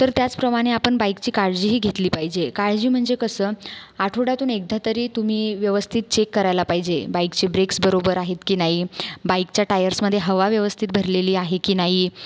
तर त्याचप्रमाणे आपण बाईकची काळजीही घेतली पाहिजे काळजी म्हणजे कसं आठवड्यातून एकदा तरी तुम्ही व्यवस्थित चेक करायला पाहिजे बाईकचे ब्रेक्स बरोबर आहेत की नाही बाईकच्या टायर्समध्ये हवा व्यवस्थित भरलेली आहे की नाही